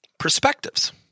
Perspectives